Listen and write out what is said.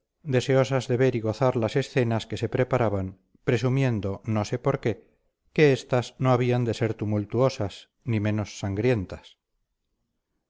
deseosas de ver y gozar las escenas que se preparaban presumiendo no sé por qué que estas no habían de ser tumultuosas ni menos sangrientas